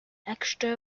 extra